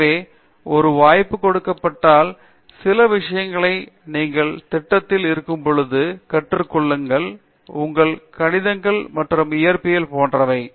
எனவே ஒரு வாய்ப்பு கொடுக்கப்பட்டால் சில விஷயங்களை நீங்கள் திட்டத்தில் இருக்கும்போது கற்றுக் கொள்ளுங்கள் உங்கள் கணிதங்கள் மற்றும் இயற்பியல் போன்றவை